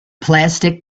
plastic